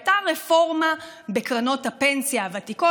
הייתה רפורמה בקרנות הפנסיה הוותיקות.